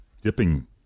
dipping